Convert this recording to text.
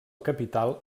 capital